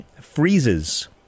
freezes